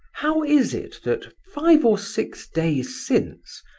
how is it that, five or six days since,